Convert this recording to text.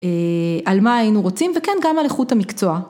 על מה היינו רוצים וכן גם על איכות המקצוע.